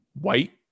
white